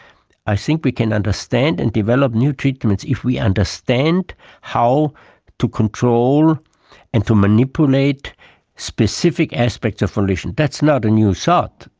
i think we can understand and develop new treatments if we understand how to control and to manipulate specific aspects of volition. that's not a new thought.